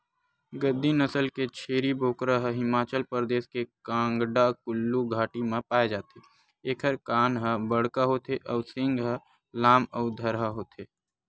गद्दी नसल के छेरी बोकरा ह हिमाचल परदेस के कांगडा कुल्लू घाटी म पाए जाथे एखर कान ह बड़का होथे अउ सींग ह लाम अउ धरहा होथे